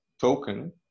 token